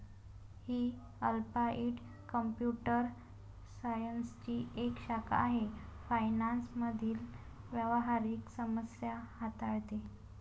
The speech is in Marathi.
ही अप्लाइड कॉम्प्युटर सायन्सची एक शाखा आहे फायनान्स मधील व्यावहारिक समस्या हाताळते